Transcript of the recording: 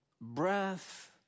breath